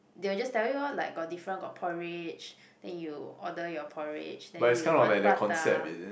they will just tell you lor like got different got porridge then you order your porridge then you want prata